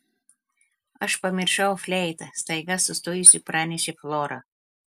aš pamiršau fleitą staiga sustojusi pranešė flora